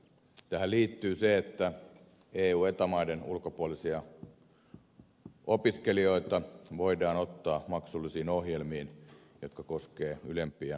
tähän liittyy se että eu ja eta maiden ulkopuolisia opiskelijoita voidaan ottaa maksullisiin ohjelmiin jotka koskevat ylempiä jatkotutkintoja